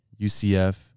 UCF